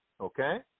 okay